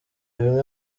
bimwe